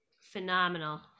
Phenomenal